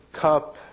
cup